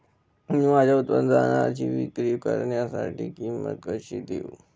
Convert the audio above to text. मी माझ्या उत्पादनाची विक्री करण्यासाठी किंमत कशी देऊ?